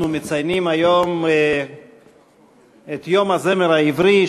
אנחנו מציינים היום את יום הזמר העברי,